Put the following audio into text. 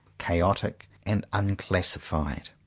chaotic, and unclassified.